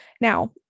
Now